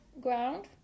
ground